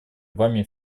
вами